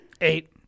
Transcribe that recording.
Eight